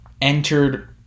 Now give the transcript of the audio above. entered